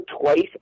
twice